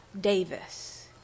Davis